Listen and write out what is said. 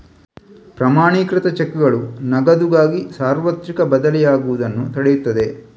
ಪ್ರಮಾಣೀಕೃತ ಚೆಕ್ಗಳು ನಗದುಗಾಗಿ ಸಾರ್ವತ್ರಿಕ ಬದಲಿಯಾಗುವುದನ್ನು ತಡೆಯುತ್ತದೆ